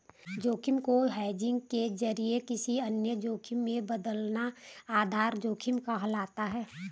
जोखिम को हेजिंग के जरिए किसी अन्य जोखिम में बदलना आधा जोखिम कहलाता है